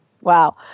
Wow